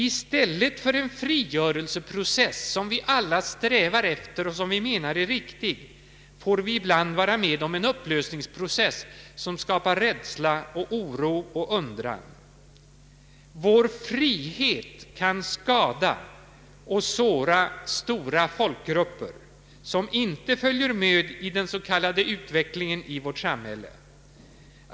I stället för en frigörelseprocess som vi alla strävar efter och som vi anser är riktig får vi ibland vara med om en upplösningsprocess som skapar rädsla, oro och undran. Vår frihet kan skada och såra stora folkgrupper som inte följer med i den s.k. utvecklingen i vårt samhälle.